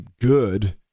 good